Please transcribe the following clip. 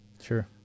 Sure